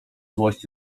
złość